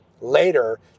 later